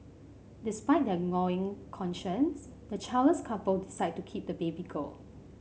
despite their gnawing conscience the childless couple decide to keep the baby girl